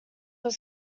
were